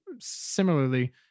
similarly